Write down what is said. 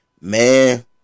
man